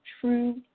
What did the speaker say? true